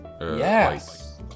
Yes